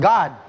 God